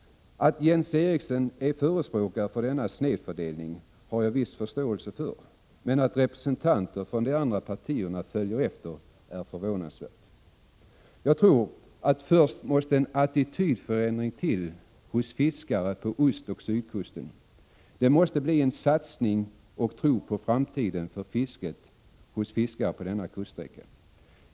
Att Jens Eriksson är förespråkare för denna snedfördelning har jag viss förståelse för, men att representanter för de andra partierna följer efter är förvånansvärt. Jag tror att det först måste till en attitydförändring hos fiskare på ostoch sydkusten. Det måste bli en satsning och en tro på framtiden för fisket hos fiskare på ostoch sydkusten.